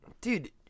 dude